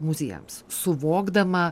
muziejams suvokdama